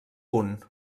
punt